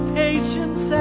patience